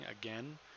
again